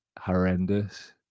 Horrendous